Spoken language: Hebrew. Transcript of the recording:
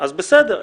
אז בסדר,